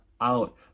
out